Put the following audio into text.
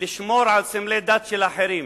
לשמור על סמלי דת של אחרים,